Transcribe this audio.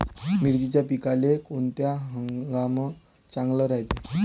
मिर्चीच्या पिकाले कोनता हंगाम चांगला रायते?